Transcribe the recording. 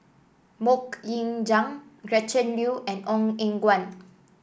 MoK Ying Jang Gretchen Liu and Ong Eng Guan